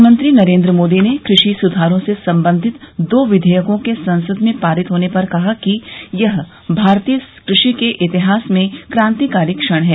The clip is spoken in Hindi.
प्रधानमंत्री नरेंद्र मोदी ने कृषि सुधारों से संबंधित दो विधेयकों के संसद में पारित होने पर कहा कि यह भारतीय कृषि के इतिहास में क्रांतिकारी क्षण है